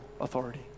authority